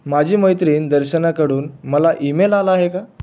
माझी मैत्रीण दर्शनाकडून मला ईमेल आला आहे का